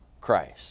Christ